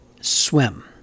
Swim